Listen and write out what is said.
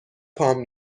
پام